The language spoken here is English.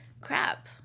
crap